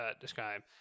Describe